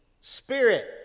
Spirit